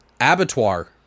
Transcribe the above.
Abattoir